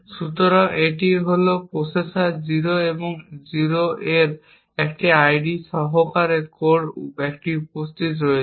সুতরাং এটি হল প্রসেসর 0 এবং এটি 0 এর একটি আইডি সহ কোরে এটি উপস্থিত রয়েছে